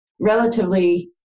relatively